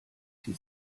die